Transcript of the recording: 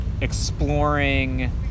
exploring